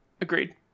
Agreed